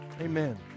Amen